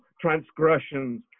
transgressions